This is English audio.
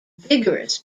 vigorous